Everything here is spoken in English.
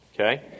okay